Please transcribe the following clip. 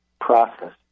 process